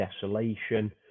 desolation